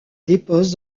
dépose